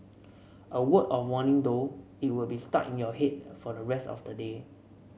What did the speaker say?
a word of warning though it'll be stuck in your head for the rest of the day